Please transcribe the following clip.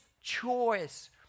choice